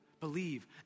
Believe